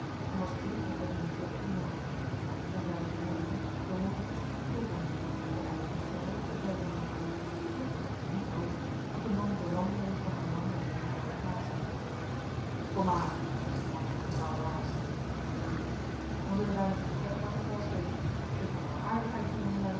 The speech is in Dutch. en was spoedig met hem in een druk onderhoud gewikkeld en wij jonge lieden drongen ons om pulver heen ten einde hem aan zijn belofte te herinneren dit was echter niet noodig want de man brandde reeds van verlangen om zijn verhaal te plaatsen komaan zooals de man tegen de nauwe laars zei zeide pulver dan zullen wij met de vertelling maar van wal steken t is nog al een aardigheid voor jongelui